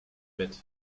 bed